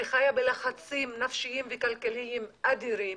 שחיה בלחצים נפשיים וכלכליים אדירים,